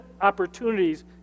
opportunities